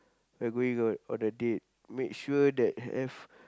we're going on on a date make sure that have